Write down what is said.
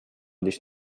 dich